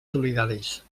solidaris